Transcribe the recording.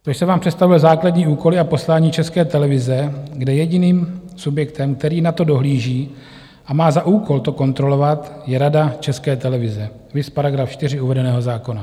To jsem vám představil základní úkoly a poslání České televize, kde jediným subjektem, který na to dohlíží a má za úkol to kontrolovat, je Rada České televize, viz § 4 uvedeného zákona.